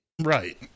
Right